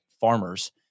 Farmers